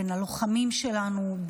בין הלוחמים שלנו,